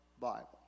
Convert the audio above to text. Bible